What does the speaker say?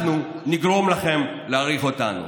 אנחנו נגרום לכם להעריך אותנו.